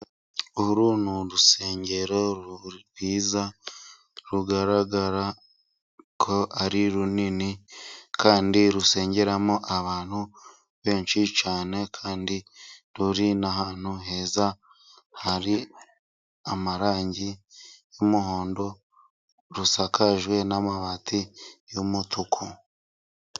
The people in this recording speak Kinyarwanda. Uru ni urusengero rwiza rugaragara ko ari runini, kandi rusengeramo abantu benshi cyane, kandi ruri n'ahantu heza hari amarangi y'umuhondo rusakajwe n'amabati y'umutuku.